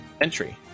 Entry